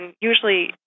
usually